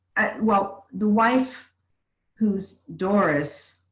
well, the wife who's doris.